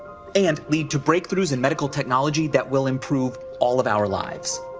and lead to breakthroughs and medical technology that will improve all of our lives.